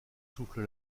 souffle